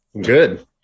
Good